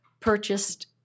Purchased